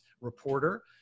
reporter